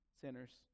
sinners